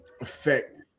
affect